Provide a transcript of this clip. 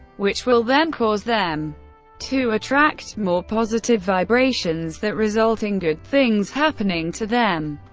which will then cause them to attract more positive vibrations that result in good things happening to them.